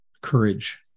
courage